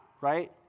right